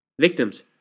Victims